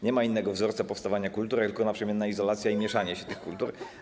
Nie ma innego wzorca powstawania kultur, jak tylko naprzemienna izolacja i mieszanie się tych kultur.